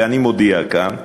ואני מודיע כאן,